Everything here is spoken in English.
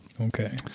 okay